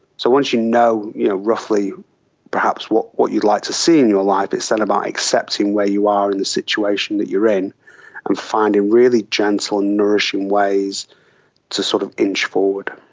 so once you know you know roughly perhaps what what you'd like to see in your life instead of accepting where you are in the situation that you're in and finding really gentle and nourishing ways to sort of inch forward.